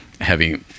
heavy